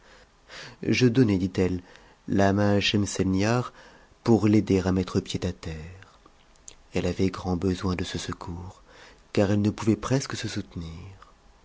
je donnai dit-elle la main à schemselnibar pour l'aider à mettre pied à terre elle avait grand besoin de ce secours car elle ne pouvait presque se soutenir